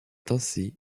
ainsi